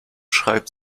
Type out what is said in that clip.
schreibt